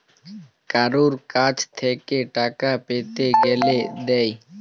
কারুর কাছ থেক্যে টাকা পেতে গ্যালে দেয়